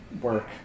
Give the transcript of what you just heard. work